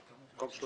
בספטמבר במקום 30